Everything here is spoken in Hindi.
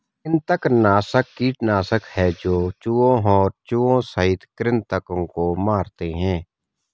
कृंतकनाशक कीटनाशक है जो चूहों और चूहों सहित कृन्तकों को मारते है